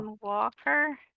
Walker